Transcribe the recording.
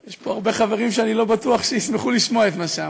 יש פה הרבה חברים שאני לא בטוח שישמחו לשמוע את מה שאמרת.